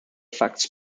facts